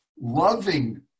loving